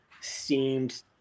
seemed